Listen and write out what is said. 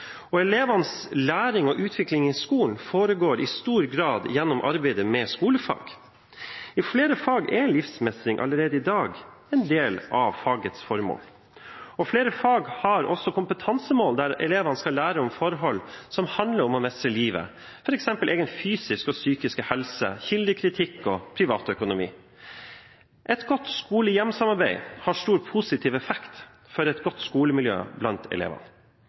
og i sammenheng. Elevenes læring og utvikling i skolen foregår i stor grad gjennom arbeidet med skolefag. I flere fag er livsmestring allerede i dag en del av fagets formål, og flere fag har også kompetansemål der elevene skal lære om forhold som handler om å mestre livet, f.eks. egen fysisk og psykisk helse, kildekritikk og privatøkonomi. Et godt skole–hjem-samarbeid har stor, positiv effekt for et godt skolemiljø blant elevene.